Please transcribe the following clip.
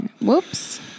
Whoops